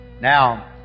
Now